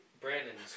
Brandon's